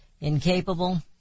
Incapable